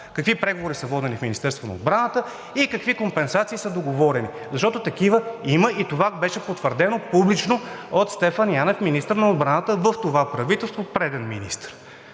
какви преговори са водени в Министерството на отбраната и какви компенсации са договорени, защото такива има и това беше потвърдено публично от Стефан Янев – министър на отбраната в това правителство, преден министър.